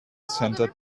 center